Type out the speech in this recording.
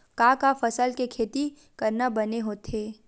का का फसल के खेती करना बने होथे?